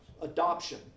Adoption